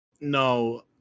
No